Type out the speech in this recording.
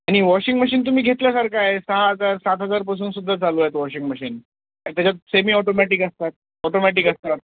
आणि washing machine तुम्ही घेतल्यासारखं आहे सहा हजार सात हजारपासून सुद्धा चालू आहेत वॉशिंग मशीन आणि त्याच्यात सेमी ऑटोमॅटिक असतात ऑटोमॅटिक असतात